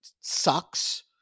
sucks